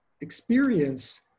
experience